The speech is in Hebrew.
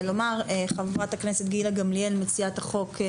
חברת הכנסת גילה גמליאל, מציעת החוק,